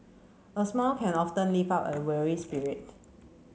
a smile can often lift up a weary spirit